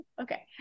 okay